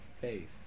faith